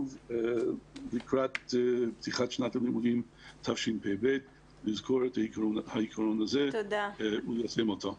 לקראת פתיחת שנת הלימודים תשפ"ב לזכור את העיקרון הזה וליישם אותו.